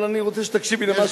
אבל אני רוצה שתקשיבי למה שאמר,